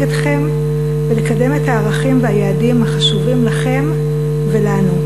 אתכם ולקדם את הערכים והיעדים החשובים לכם ולנו.